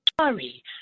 sorry